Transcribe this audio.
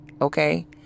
okay